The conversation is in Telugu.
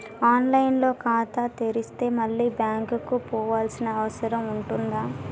ఆన్ లైన్ లో ఖాతా తెరిస్తే మళ్ళీ బ్యాంకుకు పోవాల్సిన అవసరం ఉంటుందా?